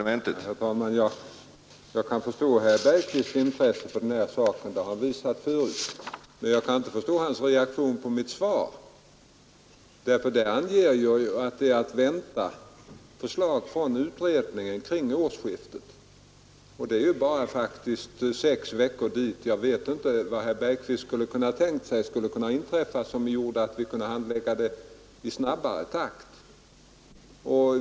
Herr talman! Jag kan förstå herr Bergqvists intresse för denna fråga — det har han visat tidigare. Men jag kan inte förstå hans reaktion på mitt svar. Där anger jag att förslag från utredningen är att vänta omkring årsskiftet. Det är faktiskt bara sex veckor dit. Jag vet inte vad herr Bergqvist hade tänkt sig skulle kunna ha inträffat som gjort att vi kunnat handlägga ärendet i snabbare takt.